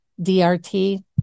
DRT